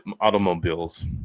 automobiles